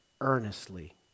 earnestly